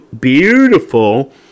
beautiful